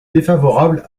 défavorable